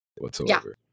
whatsoever